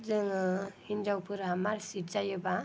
जोङो हिनजावफोरा मार्सिक जायोब्ला